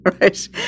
right